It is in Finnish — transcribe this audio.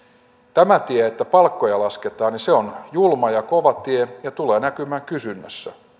tämä tie että palkkoja lasketaan on julma ja kova tie ja tulee näkymään kysynnässä